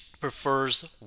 prefers